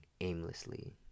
aimlessly